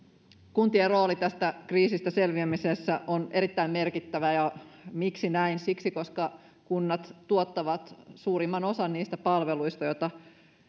kuntien rooli tästä kriisistä selviämisessä on erittäin merkittävä ja miksi näin siksi että kunnat tuottavat suurimman osan niistä palveluista joita